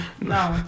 No